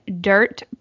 dirt